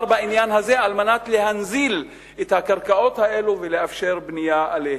בעניין הזה על מנת להנזיל את הקרקעות האלה ולאפשר בנייה עליהן.